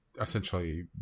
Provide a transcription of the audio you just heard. essentially